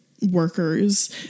workers